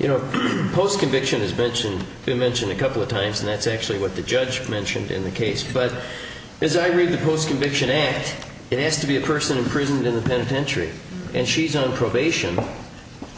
you know post conviction is bitch and you mentioned a couple of times that's actually what the judge mentioned in the case but as i read the post conviction it has to be a person imprisoned in the penitentiary and she's on probation